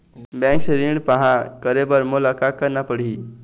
Bank से ऋण पाहां करे बर मोला का करना पड़ही?